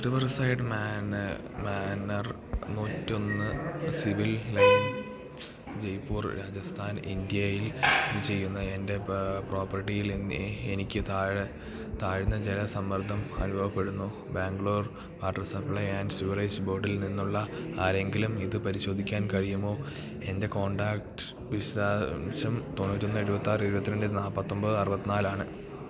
riverside manor നൂറ്റൊന്ന് civil line Jaipur Rajasthan ഇന്ത്യയിൽ സ്ഥിതിചെയ്യുന്ന എൻ്റെ പ്രോപ്പർട്ടിയിൽ എനിക്ക് താഴെ താഴ്ന്ന ജലസമ്മർദ്ദം അനുഭവപ്പെടുന്നു Bangalore water supply and sewerage ബോർഡിൽ നിന്നുള്ള ആരെയെങ്കിലും ഇത് പരിശോധിക്കാൻ കഴിയുമോ എൻ്റെ കോൺടാക്റ്റ് വിശദാംശം തൊണ്ണൂറ്റൊന്ന് എഴുപത്താറ് ഇരുപത്തിരണ്ട് നാൽപ്പത്തൊമ്പത് അറുപത്തിനാലാണ്